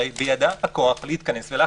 הרי בידה הכוח להתכנס ולהחליט.